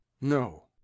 No